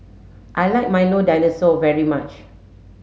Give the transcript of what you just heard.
I like Milo Dinosaur very much